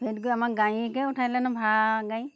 ফেৰিত গৈ আমাক গাড়ীকে উঠাই দিলে নহয় ভাড়া গাড়ী